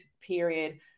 period